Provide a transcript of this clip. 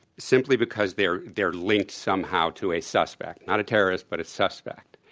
simply because they're they're linked somehow to a suspect not a terrorist, but suspect,